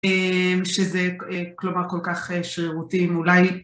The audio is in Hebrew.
שזה כלומר כל כך שרירותי אולי